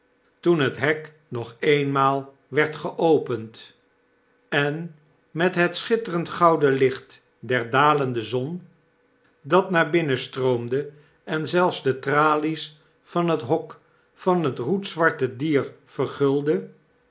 toen het hek nog eenmaal werd geopend en met hetschitterend gouden licht der dalende zon dat naar binnen stroomde en zelfs de tralies van het hok van het roetzwarte dier